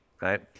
right